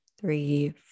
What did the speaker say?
three